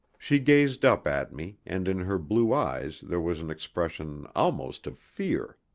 she gazed up at me, and in her blue eyes there was an expression almost of fear.